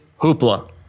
Hoopla